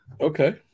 Okay